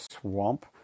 swamp